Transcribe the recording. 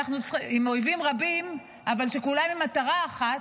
עם אויבים רבים, שכולם עם מטרה אחת,